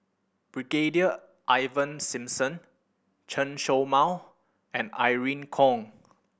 Brigadier Ivan Simson Chen Show Mao and Irene Khong